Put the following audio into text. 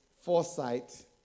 foresight